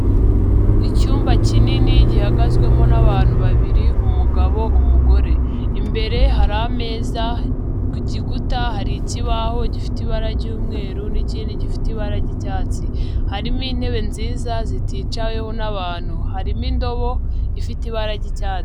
Icyumba kinini gihagazwemo n'abantu babiri umugabo, umugore. Imbere hari ameza ku gikuta hari ikibaho gifite ibara ry'umweru n'ikindi gifite ibara ry'icyatsi. Harimo intebe nziza ziticayeweho n'abantu. Harimo indobo ifite ibara ry'icyats.